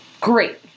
Great